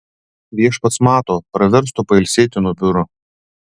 viešpats mato praverstų pailsėti nuo biuro